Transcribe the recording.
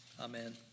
Amen